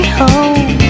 home